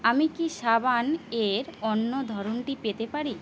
আমি কি সাবান এর অন্য ধরনটি পেতে পারি